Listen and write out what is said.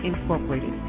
Incorporated